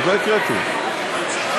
עוד לא הקראתי, חכה,